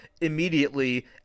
immediately